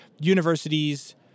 universities